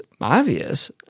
obvious